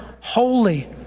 holy